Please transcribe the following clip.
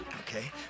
Okay